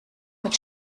mit